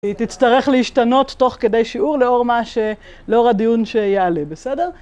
תצטרך להשתנות תוך כדי שיעור, לאור הדיון שיעלה, בסדר?